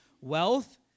wealth